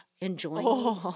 enjoying